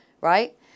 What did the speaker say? right